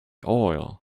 oil